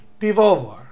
Pivovar